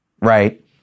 right